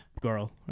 girl